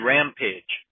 Rampage